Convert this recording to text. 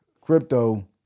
Crypto